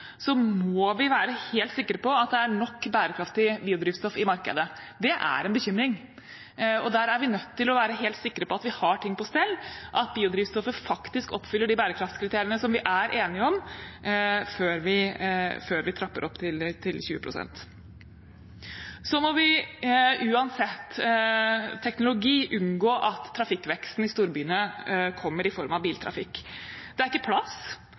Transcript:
må vi være helt sikre på at det er nok bærekraftig biodrivstoff i markedet. Det er en bekymring, og der er vi nødt til å være helt sikre på at vi har ting på stell – at biodrivstoffet faktisk oppfyller de bærekraftskriteriene som vi er enige om, før vi trapper opp til 20 pst. Så må vi uansett teknologi unngå at trafikkveksten i storbyene kommer i form av biltrafikk. Det er ikke plass,